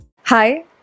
Hi